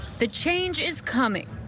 the change is coming.